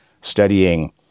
studying